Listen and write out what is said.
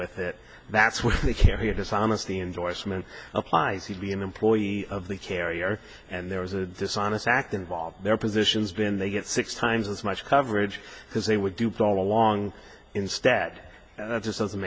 with it that's what the carrier dishonesty endorsement applies he'd be an employee of the carrier and there was a dishonest act involved their positions been they get six times as much coverage because they were duped all along instead of just doesn't